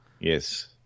Yes